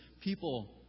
People